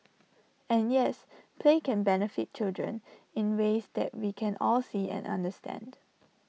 and yes play can benefit children in ways that we can all see and understand